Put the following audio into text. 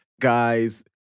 guys